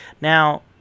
now